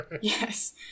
Yes